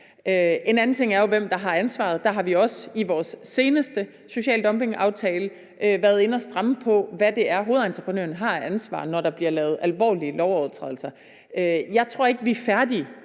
En anden ting er jo, hvem der har ansvaret. Der har vi også i vores seneste social dumping-aftale været inde at stramme på, hvad det er, hovedentreprenøren har af ansvar, når der bliver lavet alvorlige lovovertrædelser. Jeg tror ikke, vi er færdige